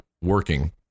working